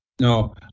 No